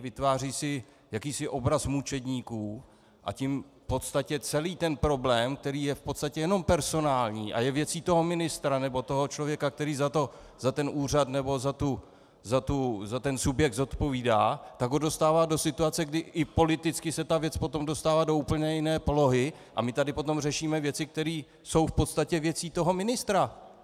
Vytvářejí si jakýsi obraz mučedníků, a tím v podstatě celý ten problém, který je v podstatě jenom personální a je věcí toho ministra nebo člověka, který za ten úřad nebo subjekt zodpovídá, tak ho dostává do situace, kdy i politicky se ta věc potom dostává do úplně jiné polohy, a my tady potom řešíme věci, které jsou v podstatě věcí toho ministra!